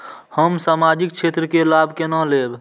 हम सामाजिक क्षेत्र के लाभ केना लैब?